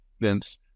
Vince